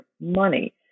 money